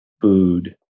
food